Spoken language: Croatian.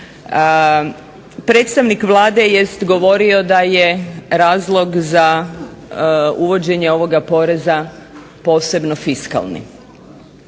Predstavnik Vlade jest govorio da je razlog za uvođenje ovoga poreza posebno fiskalni.